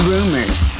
Rumors